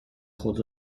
خود